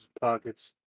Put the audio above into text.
pockets